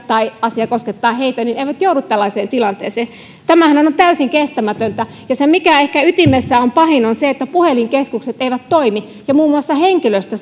tai joita asia koskettaa eivät joudu tällaiseen tilanteeseen tämähän on täysin kestämätöntä ja se mikä ehkä tämän ytimessä on pahinta on se että puhelinkeskukset eivät toimi ja muun muassa henkilöstö